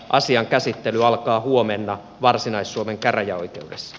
asian käsittely alkaa huomenna varsinais suomen käräjäoikeudessa